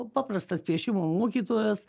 paprastas piešimo mokytojas